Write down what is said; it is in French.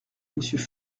monsieur